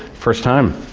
first time.